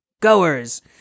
goers